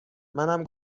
منم